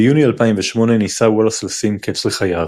ביוני 2008 ניסה וולאס לשים קץ לחייו.